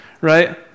Right